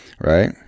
right